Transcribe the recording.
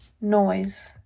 Noise